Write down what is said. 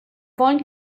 wollen